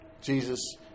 Jesus